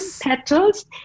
petals